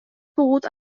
pogut